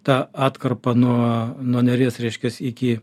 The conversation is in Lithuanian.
tą atkarpą nuo nuo neries reiškias iki